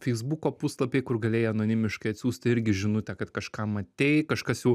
feisbuko puslapiai kur galėjai anonimiškai atsiųsti irgi žinutę kad kažką matei kažkas jau